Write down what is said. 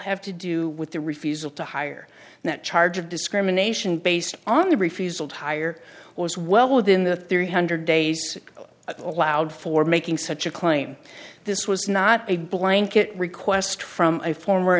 have to do with the refusal to hire that charge of discrimination based on the refusal to hire was well within the three hundred days of the allowed for making such a claim this was not a blanket request from a former